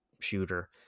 shooter